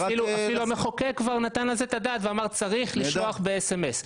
אפילו המחוקק כבר נתן על זה את הדעת ואמר שצריך לשלוח ב-SMS.